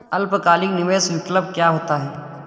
अल्पकालिक निवेश विकल्प क्या होता है?